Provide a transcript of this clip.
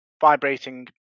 vibrating